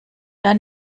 dann